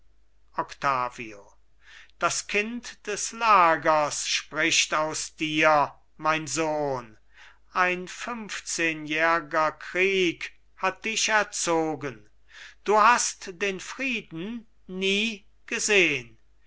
octavio das kind des lagers spricht aus dir mein sohn ein fünfzehnjährger krieg hat dich erzogen du hast den frieden nie gesehn